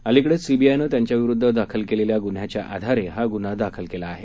अलिकडेच सीबीआयनं त्यांच्याविरुद्ध दाखल केलेल्या गुन्ह्याच्या आधारे हा गुन्हा दाखल केला आहे